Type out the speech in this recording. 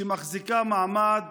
שמחזיקה מעמד